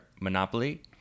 Monopoly